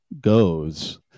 goes